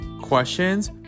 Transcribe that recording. questions